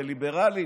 זה ליברלים,